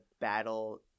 battle